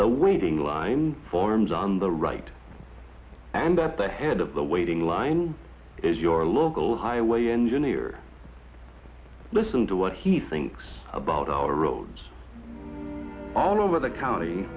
the waiting line forms on the right and that the head of the waiting line is your local highway engineer listen to what he thinks about our roads all over the county